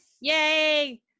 Yay